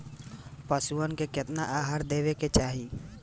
पशुअन के केतना आहार देवे के चाही?